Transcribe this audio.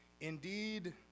Indeed